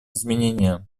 изменения